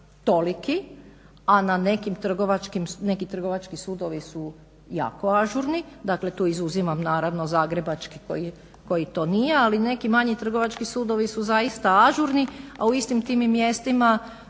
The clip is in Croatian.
toliki, a neki trgovački sudovi su jako ažurni, dakle tu izuzima naravno zagrebački koji to nije, ali neki manji trgovački sudovi su zaista ažurni, a u istim tim mjestima